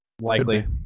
likely